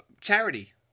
charity